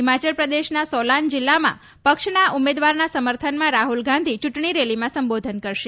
હિમાચલ પ્રદેશના સોલાન જિલ્લામાં પક્ષના ઉમેદવારના સમર્થનમાં રાહલ ગાંધી ચૂંટણી રેલીમાં સંબોધન કરશે